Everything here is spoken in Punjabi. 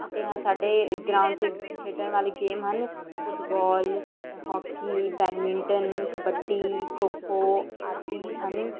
ਅਤੇ ਹਾਂ ਸਾਡੇ ਗਰਾਊਂਡ 'ਚ ਖੇਡਣ ਵਾਲੀ ਗੇਮ ਹਨ football hockey badminton kabaddi kho kho ਆਦਿ ਹਨ